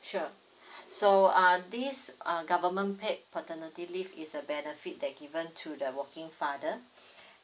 sure so uh this uh government paid paternity leave is a benefit that given to the working father